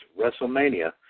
WrestleMania